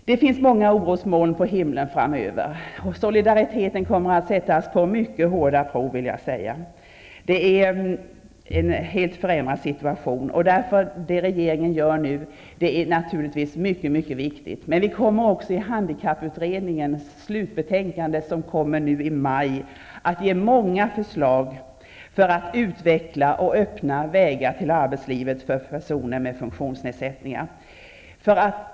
Det finns många orosmoln på himlen framöver. Solidariteten kommer att sättas på mycket hårda prov, vill jag säga. Det är en helt förändrad situation. Det regeringen gör nu är därför naturligtvis mycket viktigt. Men vi kommer också att i handkapputredningens slutbetänkande, som presenteras i maj, att ge många förslag för att utveckla och öppna vägar till arbetslivet för personer med funktionsnedsättningar.